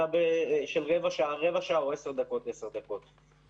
אלא של רבע שעה-רבע שעה, או עשר דקות-עשר דקות.